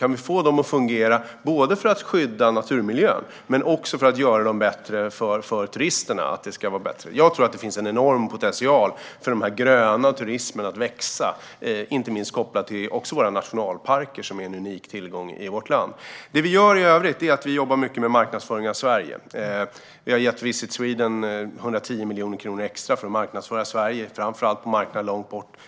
Kan vi få dem att fungera, både för att skydda naturmiljön och för att göra dem bättre för turisterna? Jag tror att det finns en enorm potential för den gröna turismen att växa - inte minst kopplat till våra nationalparker, som är en unik tillgång i vårt land. Det vi gör i övrigt är att jobba mycket med marknadsföring av Sverige. Vi har gett Visit Sweden 110 miljoner kronor extra för att marknadsföra Sverige, framför allt på marknader långt bort.